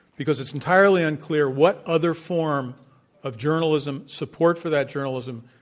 because it's entirely unclear what other form of journalism, support for that journalism,